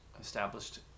established